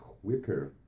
quicker